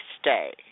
stay